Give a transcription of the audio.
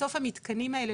בסוף המתקנים האלה,